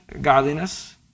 godliness